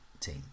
team